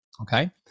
Okay